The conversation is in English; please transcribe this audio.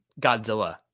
Godzilla